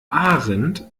ahrendt